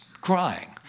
crying